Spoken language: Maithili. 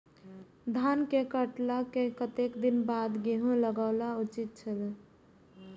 धान के काटला के कतेक दिन बाद गैहूं लागाओल उचित छे?